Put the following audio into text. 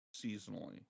seasonally